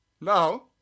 now